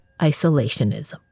isolationism